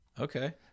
Okay